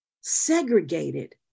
segregated